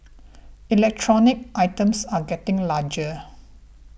electronic items are getting larger